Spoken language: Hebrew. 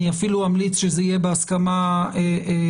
אני אפילו אמליץ שזה יהיה בהסכמה איתכם,